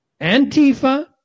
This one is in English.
Antifa